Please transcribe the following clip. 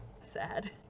sad